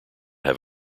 have